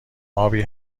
آبی